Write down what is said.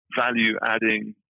value-adding